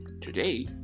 today